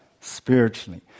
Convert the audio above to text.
spiritually